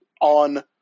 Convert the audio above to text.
on